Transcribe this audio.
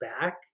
back